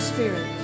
Spirit